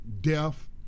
death